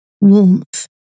warmth